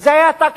זה היה טקטיקה.